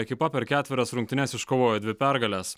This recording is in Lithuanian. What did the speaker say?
ekipa per ketverias rungtynes iškovojo dvi pergales